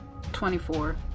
24